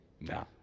no